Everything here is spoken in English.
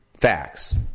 facts